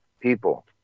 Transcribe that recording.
people